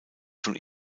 von